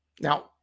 Now